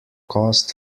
caused